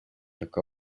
took